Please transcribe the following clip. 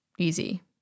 Easy